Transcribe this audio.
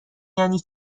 یعنی